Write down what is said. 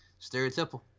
stereotypical